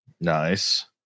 Nice